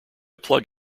plug